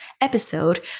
episode